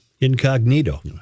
Incognito